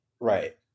Right